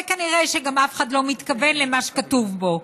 וכנראה שגם אף אחד לא מתכוון למה שכתוב בו.